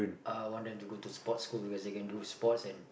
uh I want them to go to sport school because they can do sports and